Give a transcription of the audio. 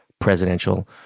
presidential